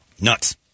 Nuts